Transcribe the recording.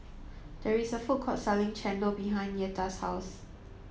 There is a food court selling Chendol behind Yetta's house